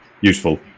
useful